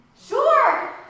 Sure